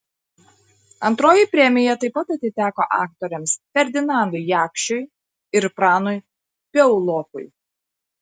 antroji premija taip pat atiteko aktoriams ferdinandui jakšiui ir pranui piaulokui